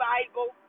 Bible